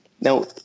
Now